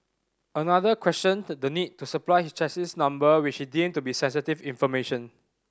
another questioned the need to supply his chassis number which he deemed to be sensitive information